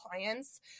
clients